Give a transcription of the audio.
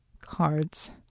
Cards